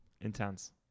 Intense